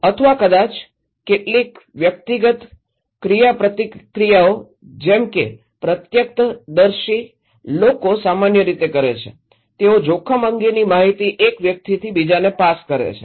અથવા કદાચ કેટલીક વ્યક્તિગત ક્રિયાપ્રતિક્રિયાઓ જેમ કે પ્રત્યક્ષદર્શી લોકો સામાન્ય રીતે કરે છે તેઓ જોખમ અંગેની માહિતી એક વ્યક્તિથી બીજાને પાસ કરે છે